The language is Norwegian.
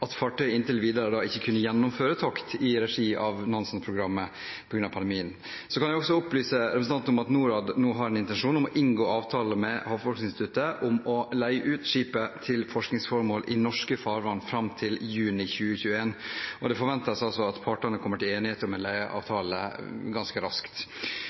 at fartøyet inntil videre ikke kan gjennomføre tokt i regi av Nansen-programmet på grunn av pandemien. Jeg kan også opplyse representanten Grung om at Norad nå har en intensjon om å inngå en avtale med Havforskningsinstituttet om å leie ut skipet til forskningsformål i norske farvann fram til juni 2021. Det forventes at partene kommer til enighet om en leieavtale ganske raskt.